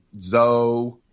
Zoe